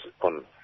on